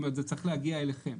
זאת אומרת זה צריך להגיע אליכם